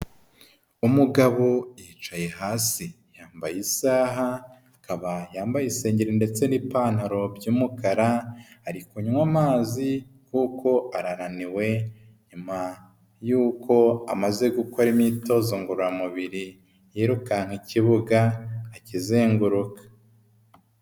Umugabo yicaye hasi yambaye isaaha akaba yambaye isengeri ndetse n'ipantaro by'umukara, ari kunywa amazi kuko arananiwe nyuma y'uko amaze gukora imyitozo ngororamubiri yirukanka ikibuga akizenguruka.